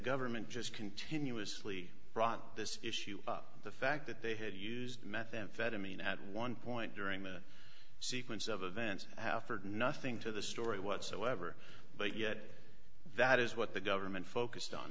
government just continuously brought this issue up the fact that they had used methamphetamine at one point during the sequence of events halford nothing to the story whatsoever but yet that is what the government focused on